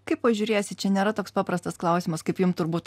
kaip pažiūrėsi čia nėra toks paprastas klausimas kaip jum turbūt